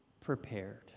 prepared